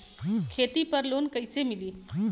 खेती पर लोन कईसे मिली?